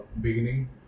beginning